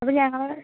അപ്പോൾ ഞങ്ങള്